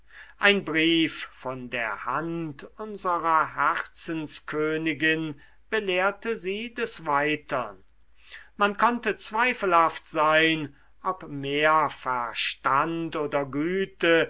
ein brief von der hand unserer herzenskönigin belehrte sie des weitern man konnte zweifelhaft sein ob mehr verstand oder güte